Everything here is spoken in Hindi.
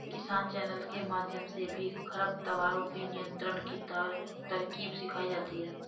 किसान चैनल के माध्यम से भी खरपतवारों के नियंत्रण की तरकीब सिखाई जाती है